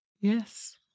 Yes